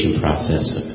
Process